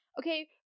Okay